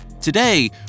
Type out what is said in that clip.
Today